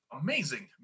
amazing